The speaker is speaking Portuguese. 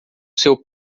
seu